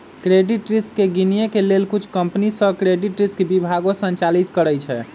credit risk के गिनए के लेल कुछ कंपनि सऽ क्रेडिट रिस्क विभागो संचालित करइ छै